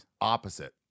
Opposite